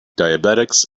diabetics